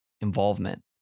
involvement